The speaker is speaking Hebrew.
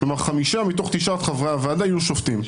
כלומר 5 מתוך 9 חברי הוועדה יהיו שופטים.